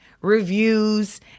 reviews